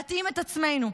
להתאים את עצמנו,